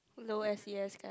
no s_c_s guy